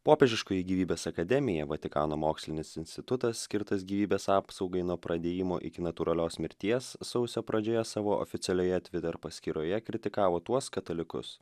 popiežiškoji gyvybės akademija vatikano mokslinis institutas skirtas gyvybės apsaugai nuo pradėjimo iki natūralios mirties sausio pradžioje savo oficialioje twitter paskyroje kritikavo tuos katalikus